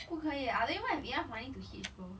不可以 I don't even have enough money to hitch bro~